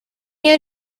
year